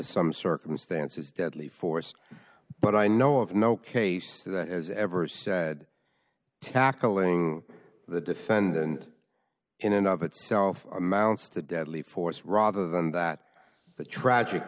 some circumstances deadly force but i know of no case that has ever said tackling the defendant in and of itself amounts to deadly force rather than that the tragic